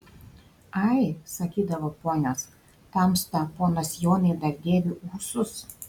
ai sakydavo ponios tamsta ponas jonai dar dėvi ūsus